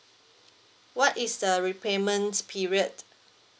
what is the repayment period